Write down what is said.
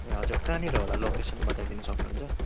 ए हजुर कहाँनिर होला लोकेसन बताइदिनु सक्नुहुन्छ